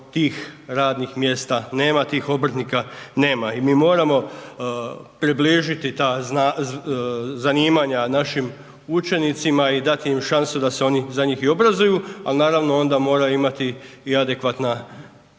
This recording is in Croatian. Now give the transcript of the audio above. tih radnih mjesta nema, tih obrtnika nema. I mi moramo približiti ta zanimanja našim učenicima i dati im šansu da se oni za njih obrazuju, ali naravno onda moraju imati i adekvatna primanja